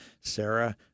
Sarah